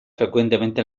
frecuentemente